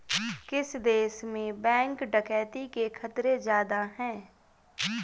किस देश में बैंक डकैती के खतरे ज्यादा हैं?